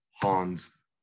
Hans